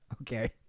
Okay